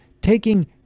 taking